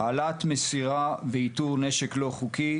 העלאת מסירה ואיתור נשק לא חוקי,